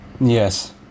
Yes